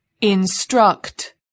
instruct